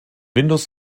windows